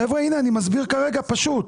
חבר'ה, הנה, אני מסביר כרגע פשוט.